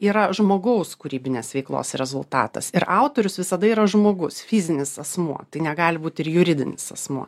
yra žmogaus kūrybinės veiklos rezultatas ir autorius visada yra žmogus fizinis asmuo tai negali būti ir juridinis asmuo